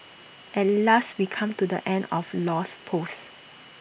at last we come to the end of Low's post